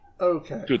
Okay